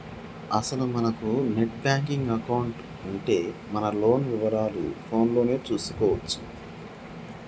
అసలు మనకు net banking account ఉంటే మన లోన్ వివరాలు ఫోన్ లోనే చూసుకోవచ్చు